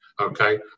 okay